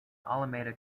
alameda